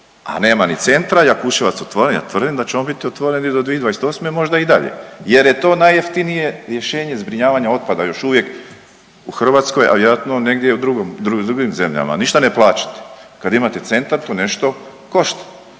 a nema ni centra, Jakuševac je otvoren, ja tvrdim da će on biti otvoren i do 2028., možda i dalje jer je to najjeftinije rješenje zbrinjavanja otpada još uvijek u Hrvatskoj, a vjerojatno i negdje drugdje, u drugim zemljama, ništa ne plaćate, kad imate centar to nešto košta